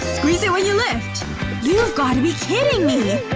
squeeze it when you lift you've got to be kidding me!